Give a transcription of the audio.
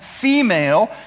female